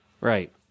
Right